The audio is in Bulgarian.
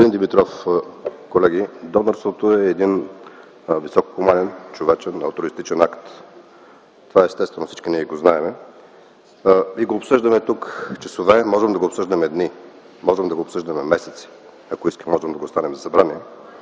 Донорството е един високо хуманен, човечен, алтруистичен акт. Това естествено, всички ние го знаем. И го обсъждаме тук часове, можем да го обсъждаме дни, можем да го обсъждаме месеци, ако искаме можем да го обсъждаме